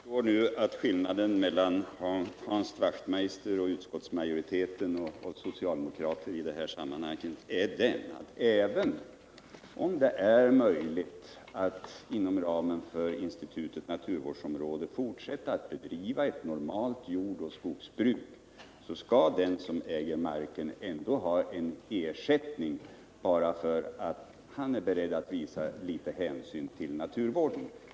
Herr talman! Jag förstår nu att skillnaden mellan å ena sidan Hans Wachtmeister och utskottsmajoriteten och å andra sidan oss socialdemokrater i det här sammanhanget är den, att även om det är möjligt att inom ramen för institutet naturvårdsområde fortsätta att bedriva ett normalt jordoch skogsbruk skall den som äger marken ändå ha ersättning bara för att han är beredd att visa litet hänsyn till naturvården.